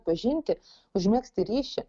pažinti užmegzti ryšį